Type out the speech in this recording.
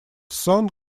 song